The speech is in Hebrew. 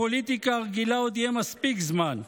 לפוליטיקה הרגילה עוד יהיה מספיק זמן.